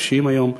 חופשיים היום,